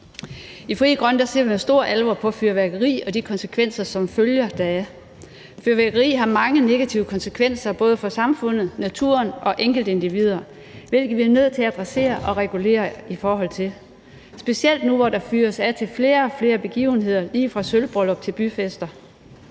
I Frie Grønne ser vi med stor alvor på fyrværkeri og de konsekvenser, som følger deraf. Fyrværkeri har mange negative konsekvenser både for samfundet, naturen og enkeltindivider, hvorfor vi er nødt til at adressere og regulere det. Det gælder specielt nu, hvor der fyres af til flere og flere begivenheder lige fra sølvbryllup til byfester.